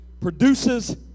produces